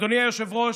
אדוני היושב-ראש,